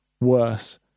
worse